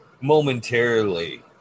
momentarily